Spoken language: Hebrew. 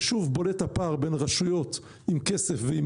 ושוב בולט הפער בין רשויות עם כסף ועם